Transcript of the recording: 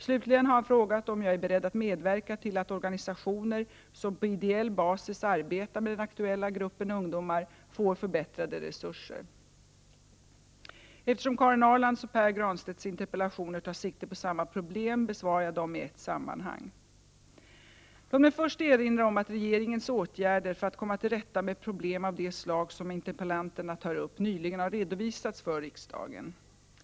Slutligen har han frågat om jag är beredd att medverka till att organisationer, som på ideell basis arbetar med den aktuella gruppen ungdomar, får förbättrade resurser. Eftersom Karin Ahrlands och Pär Granstedts interpellationer tar sikte på samma problem besvarar jag dem i ett sammanhang. Låt mig först erinra om att regeringens åtgärder för att komma till rätta med problem av det slag som interpellanterna tar upp nyligen har redovisats för riksdagen.